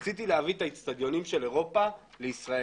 רציתי להביא את האצטדיונים של אירופה לישראל.